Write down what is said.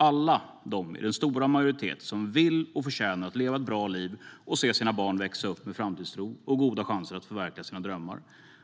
Alla i den stora majoritet som vill och förtjänar att leva ett bra liv och se sina barn växa upp med framtidstro och goda chanser att förverkliga sina drömmar